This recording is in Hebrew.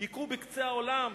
"והכו בקצה העולם.